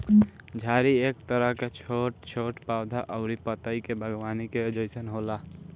झाड़ी एक तरह के छोट छोट पौधा अउरी पतई के बागवानी के जइसन होला